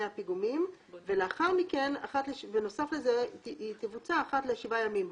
הפיגומים, ובנוסף לכך היא תבוצע אחת לשבעה ימים,